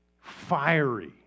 fiery